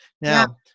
Now